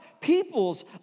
people's